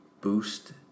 boost